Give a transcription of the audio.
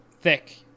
thick